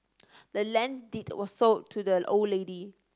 the land's deed was sold to the old lady